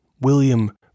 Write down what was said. William